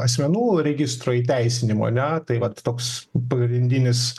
asmenų registro įteisinimo ane tai vat toks pagrindinis